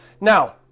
Now